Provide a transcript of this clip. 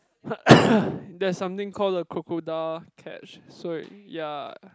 there's something called the crocodile catch so it ya